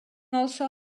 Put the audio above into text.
also